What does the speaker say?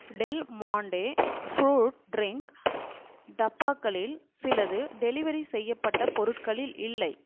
del Monte fruit drink டப்பாக்களில் சிலது delivery செய்யப்பட்ட பொருட்களில் இல்லை